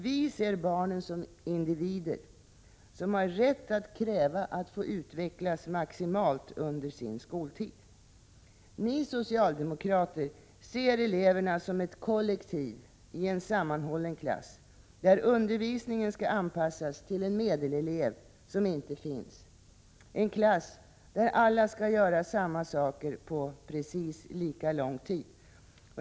Vi ser barnen som individer som har rätt att kräva att få utvecklas maximalt under sin skoltid. Ni socialdemokrater ser eleverna som ett kollektiv i en sammanhållen klass, där undervisningen skall anpassas till en medelelev som inte finns. Det blir en klass där alla skall göra samma saker på precis lika lång tid.